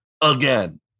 again